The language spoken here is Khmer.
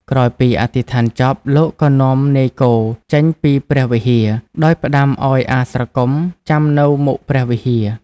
ក្រោយពីអធិដ្ឋានចប់ លោកក៏នាំនាយគោចេញពីព្រះវិហារ ដោយផ្តាំឲ្យអាស្រគំចាំនៅមុខព្រះវិហារ។